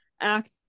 act